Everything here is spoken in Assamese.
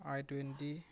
I twenty